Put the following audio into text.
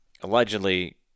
allegedly